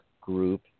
group